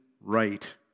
right